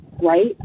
right